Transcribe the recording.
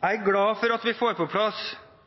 Jeg er glad for at vi også får på plass